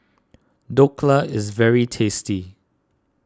Dhokla is very tasty